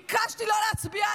ביקשתי לא להצביע.